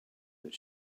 that